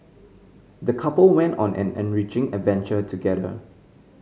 the couple went on an enriching adventure together